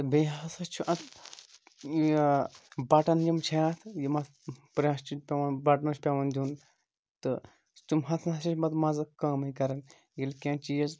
تہٕ بیٚیہِ ہَسا چھُ اَتھ بَٹَن یِم چھِ اَتھ یِم اَتھ پرٛٮ۪س چھِ پٮ۪وَان بَٹںَس پٮ۪وَان دیُٚن تہٕ تِم ہَسا چھِ پَتہٕ مَزٕ کٲمٕے کَرَان ییٚلہِ کینٛہہ چیٖز